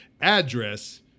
address